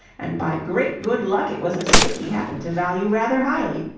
and by great good luck it was a stick he happened to value rather highly.